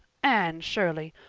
anne shirley,